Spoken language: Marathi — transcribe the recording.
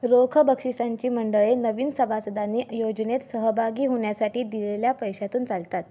रोख बक्षिसांची मंडळे नवीन सभासदांनी योजनेत सहभागी होण्यासाठी दिलेल्या पैशांतून चालतात